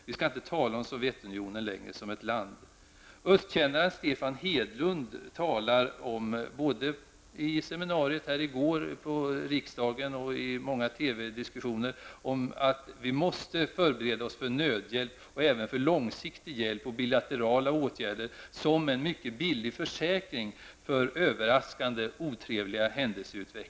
Vi skall alltså inte tala om Sovjetunionen längre som ett land. Östkännaren Stefan Hedlund har både på seminariet i går här i riksdagen och i många TV diskussioner sagt att vi måste förbereda oss på nödhjälp, långsiktig hjälp och bilaterala åtgärder som en mycket billig försäkring för en utveckling med överraskande otrevliga händelser.